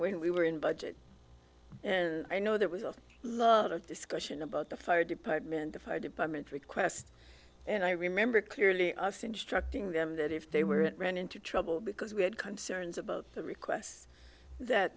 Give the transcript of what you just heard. when we were in budget and i know there was a lot of discussion about the fire department the fire department request and i remember clearly us instructing them that if they were it ran into trouble because we had concerns about the requests that